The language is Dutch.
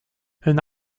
hun